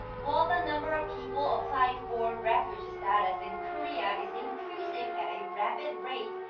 while the number of people applying for refugee status in korea is increasing at a rapid rate,